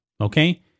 Okay